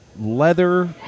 leather